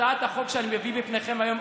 הצעת החוק שאני מביא בפניכם היום,